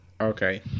Okay